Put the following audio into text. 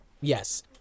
yes